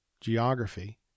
geography